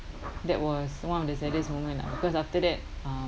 that was one of the saddest moment lah cause after that uh